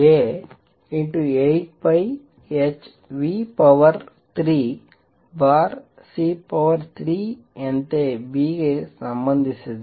A 8πh3c3ಯಂತೆ B ಗೆ ಸಂಬಂಧಿಸಿದೆ